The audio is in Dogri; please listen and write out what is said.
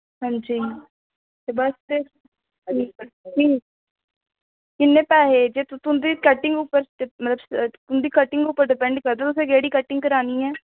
हां जी ते बस तुस किन्नें पैसे तुंदी कटिंग उप्पर तुंदी कटिंग उप्पर डिपैंड करदा तुसें केह्ड़ी कटिंग करानीं ऐं